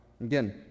Again